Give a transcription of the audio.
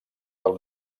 del